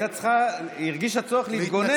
היא הרגישה צורך להתגונן,